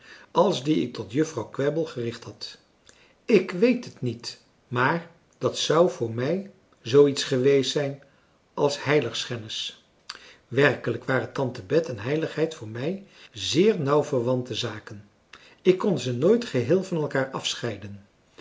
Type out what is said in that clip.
als die ik tot juffrouw kwebbel gericht had ik weet het niet maar dat zou voor mij zoo iets geweest zijn als heiligschennis werkelijk waren tante bet en heiligheid voor mij zeer nauw verwante zaken ik kon ze nooit geheel van elkaar afscheiden